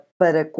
para